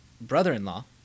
brother-in-law